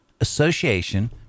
association